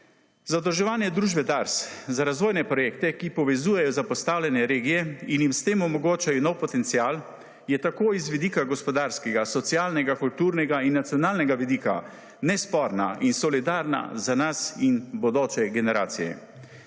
Zadolževanje družbe Dars za razvojne projekte, ki povezujejo zapostavljene regije in jim s tem omogočajo nov potencial, je tako iz vidika gospodarskega, socialnega, kulturnega in nacionalnega vidika nesporna in solidarna za nas in bodoče generacije.